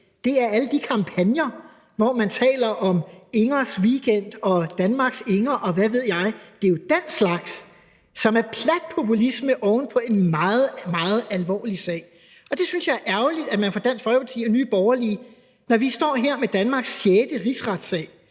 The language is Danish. Det er alle de kampagner, hvor man taler om Ingers weekend og Danmarks Inger, og hvad ved jeg. Det er jo den slags, som er plat populisme oven på en meget, meget alvorlig sag, og det synes jeg er ærgerligt, altså at man fra Dansk Folkepartis og Nye Borgerliges side, når vi står her med Danmarks sjette rigsretssag